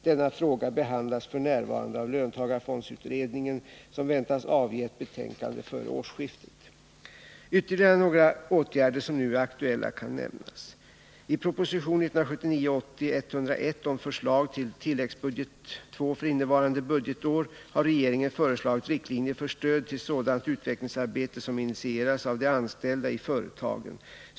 Denna fråga behandlas f. n. av löntagarfondsutredningen , som väntas avge ett betänkande före årsskiftet. Ytterligare några åtgärder som nu är aktuella kan nämnas. I proposition 1979/80:101 med förslag till tilläggsbudget II för innevarande budgetår har regeringen föreslagit riktlinjer för stöd till sådant utvecklingsarbete som initieras av de anställda i företagen.